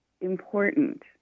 important